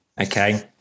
okay